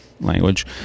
language